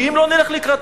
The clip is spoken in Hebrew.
כי אם לא נלך לקראתם,